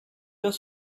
was